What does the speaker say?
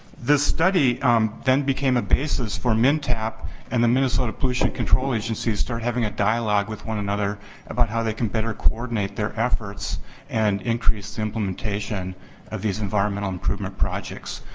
the study then became a basis for mntap and the minnesota pollution control agency to start having a dialogue with one another about how they can better coordinate their efforts and increase the implementation of these environmental improvement projects.